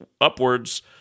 upwards